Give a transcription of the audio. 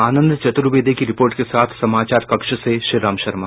आंनद चतुर्वेदी की रिपोर्ट के साथ समाचार कक्ष से श्रीराम शर्मा